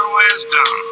wisdom